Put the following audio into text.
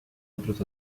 otros